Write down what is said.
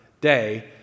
day